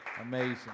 amazing